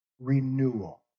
renewal